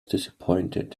disappointed